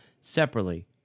separately